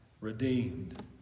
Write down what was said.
Redeemed